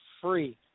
free